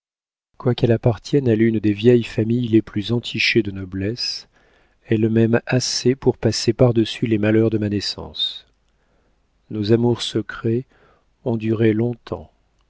appartienne à l'une des vieilles familles les plus entichées de noblesse elle m'aime assez pour passer par-dessus les malheurs de ma naissance nos amours secrets ont duré longtemps